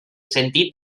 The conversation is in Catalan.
sentit